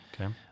okay